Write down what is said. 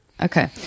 okay